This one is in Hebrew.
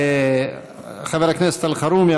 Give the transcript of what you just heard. חבר הכנסת אלחרומי,